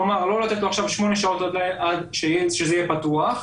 כלומר לא לתת לו עכשיו שמונה שעות שזה יהיה פתוח,